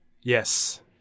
Yes